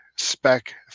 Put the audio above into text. spec